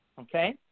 Okay